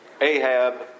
Ahab